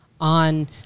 on